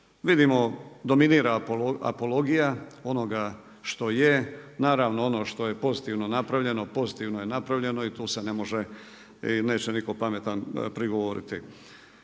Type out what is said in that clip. Vidimo dominira apologija onoga što je, naravno ono što je pozitivno napravljeno pozitivno je napravljeno i tu se ne može i neće niko pametan prigovoriti.